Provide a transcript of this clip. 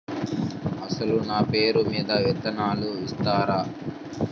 అసలు నా పేరు మీద విత్తనాలు ఇస్తారా?